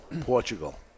Portugal